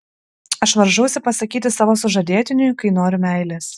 aš varžausi pasakyti savo sužadėtiniui kai noriu meilės